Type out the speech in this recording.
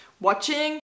watching